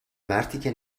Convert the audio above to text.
مرتیکه